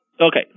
Okay